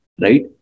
right